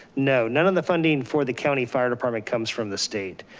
no, none of the funding for the county fire department comes from the state.